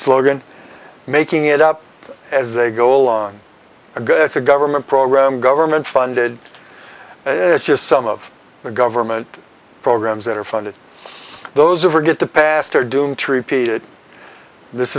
slogan making it up as they go along on a good it's a government program government funded it's just some of the government programs that are funded those of forget the past are doomed to repeat it this